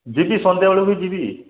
ଯିବି ସନ୍ଧ୍ୟା ବେଳକୁ ଯିବି